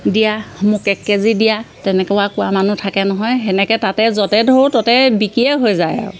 দিয়া মোক এক কেজি দিয়া তেনেকুৱা কোৱা মানুহ থাকে নহয় সেনেকে তাতে য'তে ধৰোঁ ত'তে বিকিয়ে হৈ যায় আৰু